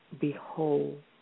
behold